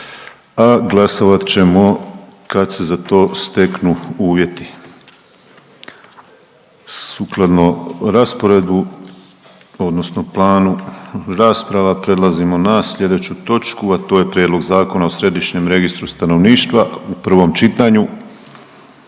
**Penava, Ivan (DP)** Sukladno rasporedu odnosno planu rasprava prelazimo na slijedeću točku, a to je: - Prijedlog Zakona o Središnjem registru stanovništva, prvo čitanje,